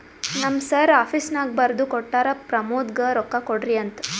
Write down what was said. ನಮ್ ಸರ್ ಆಫೀಸ್ನಾಗ್ ಬರ್ದು ಕೊಟ್ಟಾರ, ಪ್ರಮೋದ್ಗ ರೊಕ್ಕಾ ಕೊಡ್ರಿ ಅಂತ್